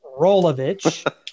Rolovich